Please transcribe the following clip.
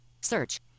search